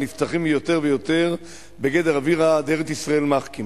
ונפתחים יותר ויותר בגדר אווירא דארץ ישראל מחכים.